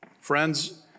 Friends